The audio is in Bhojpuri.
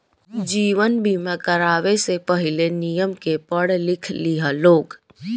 जीवन बीमा करावे से पहिले, नियम के पढ़ लिख लिह लोग